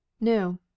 No